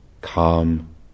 calm